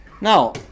Now